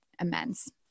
immense